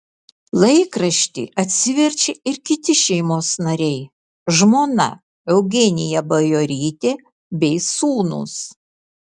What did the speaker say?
laikraštį atsiverčia ir kiti šeimos nariai žmona eugenija bajorytė bei sūnūs